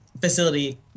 facility